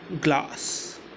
glass